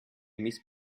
miss